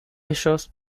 ellos